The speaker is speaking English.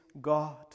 God